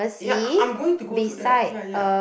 ya I I'm going to go through that ya ya